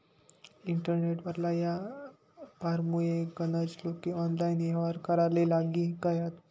internet वरला यापारमुये गनज लोके ऑनलाईन येव्हार कराले लागी गयात